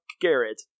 Garrett